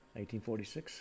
1846